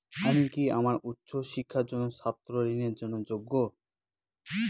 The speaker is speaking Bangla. আমি কি আমার উচ্চ শিক্ষার জন্য ছাত্র ঋণের জন্য যোগ্য?